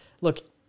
look